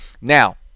Now